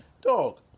Dog